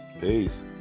Peace